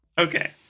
Okay